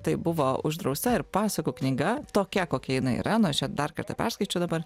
tai buvo uždrausta ir pasakų knyga tokia kokia jinai yra nu aš čia dar kartą perskaičiau dabar